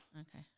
Okay